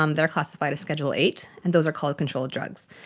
um they are classified as schedule eight, and those are called controlled drugs.